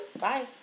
Bye